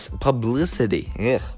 publicity